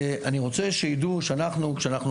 עליכם לדעת שאנחנו